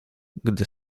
gdy